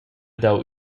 dau